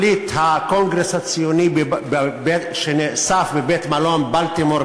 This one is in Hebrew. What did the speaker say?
הקונגרס הציוני שנאסף בבית-המלון "בילטמור"